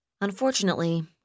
Unfortunately